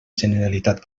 generalitat